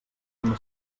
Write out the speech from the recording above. coma